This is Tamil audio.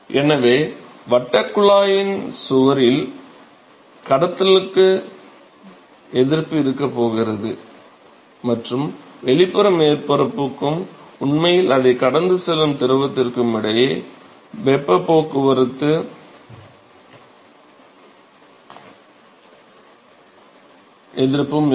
எனவே வட்டக் குழாயின் சுவரில் வெப்பக் கடத்துதலுக்கு எதிர்ப்பு இருக்கப் போகிறது மற்றும் வெளிப்புற மேற்பரப்புக்கும் உண்மையில் அதைக் கடந்து செல்லும் திரவத்திற்கும் இடையே வெப்பப் போக்குவரத்துக்கு எதிர்ப்பும் இருக்கும்